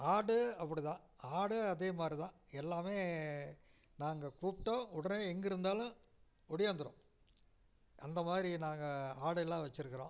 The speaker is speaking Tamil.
ஆடு அப்படி தான் ஆடு அதே மாதிரி தான் எல்லாமே நாங்கள் கூப்பிட்டா உடனே எங்கே இருந்தாலும் ஒடியாந்துடும் அந்த மாதிரி நாங்கள் ஆடெல்லாம் வெச்சிருக்கிறோம்